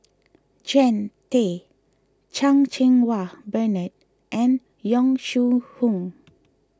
Jean Tay Chan Cheng Wah Bernard and Yong Shu Hoong